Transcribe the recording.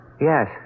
Yes